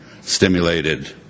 stimulated